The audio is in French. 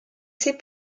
c’est